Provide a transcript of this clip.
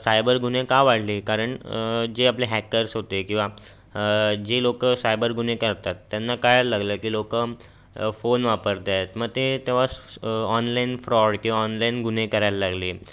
cyber गुन्हे का वाढले कारण जे आपले हॅकर्स होते किंवा जे लोकं सायबर गुन्हे करतात त्यांना कळायला लागलं की लोकं फोन वापरतात मग ते तेव्हाच ऑनलाईन फ्रॉड किंवा ऑनलाईन गुन्हे करायला लागले